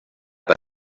that